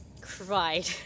cried